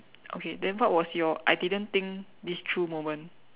okay then what was your I didn't think this through moment